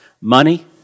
Money